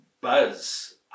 buzz